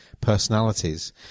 personalities